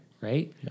right